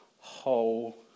whole